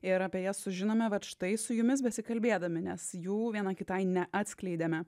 ir apie jas sužinome vat štai su jumis besikalbėdami nes jų viena kitai neatskleidėme